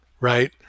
right